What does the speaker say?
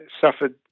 suffered